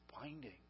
binding